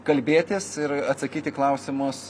kalbėtis ir atsakyt į klausimus